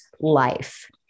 life